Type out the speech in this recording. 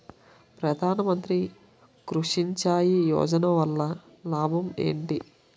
ప్రధాన మంత్రి కృషి సించాయి యోజన వల్ల లాభం ఏంటి?